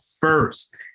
first